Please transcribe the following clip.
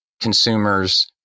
consumers